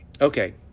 okay